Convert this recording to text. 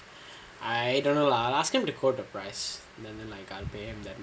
I don't know lah I will ask him to quote a price then then like I will pay him that much